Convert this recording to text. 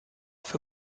für